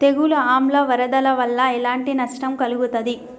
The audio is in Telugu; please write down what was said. తెగులు ఆమ్ల వరదల వల్ల ఎలాంటి నష్టం కలుగుతది?